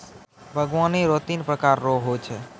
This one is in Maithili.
बागवानी रो तीन प्रकार रो हो छै